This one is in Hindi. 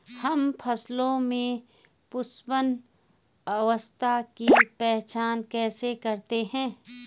हम फसलों में पुष्पन अवस्था की पहचान कैसे करते हैं?